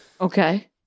Okay